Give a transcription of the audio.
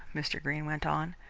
mr. greene went on.